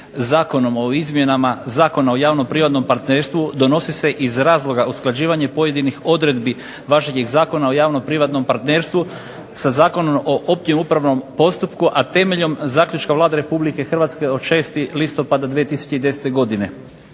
Zakonom o izmjenama Zakona o javno-privatnom partnerstvu donosi se iz razloga usklađivanja pojedinih odredbi važećeg Zakona o javno-privatnom partnerstvu, sa Zakonom o općem upravnom postupku, a temeljem zaključka Vlade Republike Hrvatske od 6. listopada 2010. godine.